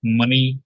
money